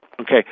Okay